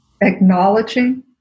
acknowledging